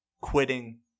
quitting